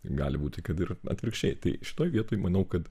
gali būt kad ir atvirkščiai tai šitoj vietoj manau kad